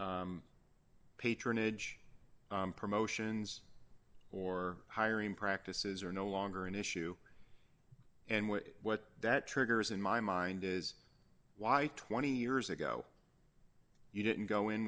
patronage promotions or hiring practices are no longer an issue and what that triggers in my mind is why twenty years ago you didn't go in